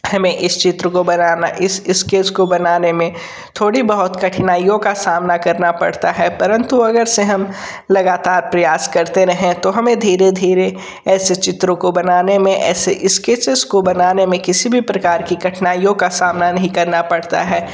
हमें इस चित्र को बनाना इस इस्केच को बनाने में थोड़ी बहुत कठिनाइयों का सामना करना पड़ता है परंतु अगरचे हम लगातार प्रयास करते रहें तो हमें धीरे धीरे ऐसे चित्रों को बनाने में ऐसे इस्केचेस को बनाने में किसी भी प्रकार की कठिनाइयों का सामना नहीं करना पड़ता है